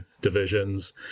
divisions